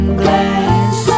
glass